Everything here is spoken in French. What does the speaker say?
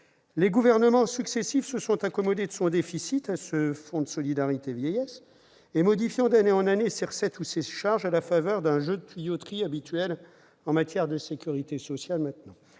Les gouvernements successifs se sont accommodés du déficit de ce fonds, modifiant d'année en année ses recettes ou ses charges, à la faveur d'un jeu de tuyauterie habituel en matière de sécurité sociale.